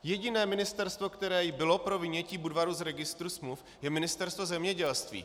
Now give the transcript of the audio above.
Jediné ministerstvo, které bylo pro vynětí Budvaru z registru smluv, je Ministerstvo zemědělství.